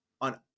on